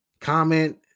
comment